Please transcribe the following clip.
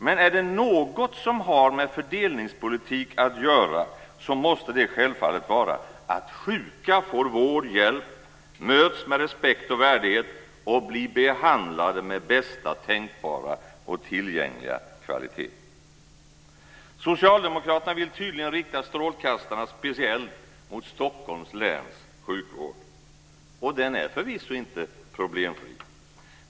Men är det något som har med fördelningspolitik att göra, så måste det självfallet vara att sjuka får vård och hjälp, möts med respekt och värdighet och blir behandlade med bästa tänkbara och tillgängliga kvalitet. Socialdemokraterna vill tydligen rikta strålkastarna speciellt mot Stockholms läns sjukvård. Den är förvisso inte problemfri.